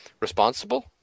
responsible